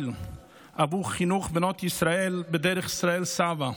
עבור חינוך בנות ישראל בדרך ישראל סבא.